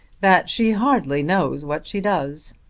that she hardly knows what she does.